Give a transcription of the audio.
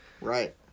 Right